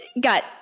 got